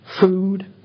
food